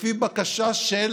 לפי בקשה של